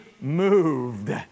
moved